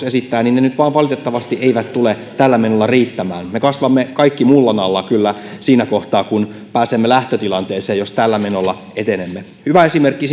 esittää nyt valitettavasti eivät vain tule tällä menolla riittämään me kasvamme kaikki mullan alla kyllä siinä kohtaa kun pääsemme lähtötilanteeseen jos tällä menolla etenemme hyvä esimerkki